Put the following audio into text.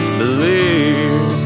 believe